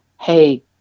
Hey